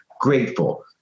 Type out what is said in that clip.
grateful